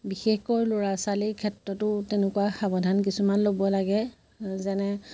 বিশেষকৈ ল'ৰা ছোৱালীৰ ক্ষেত্ৰতো তেনেকুৱা সাৱধান কিছুমান ল'ব লাগে যেনে